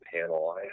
panel